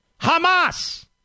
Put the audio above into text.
Hamas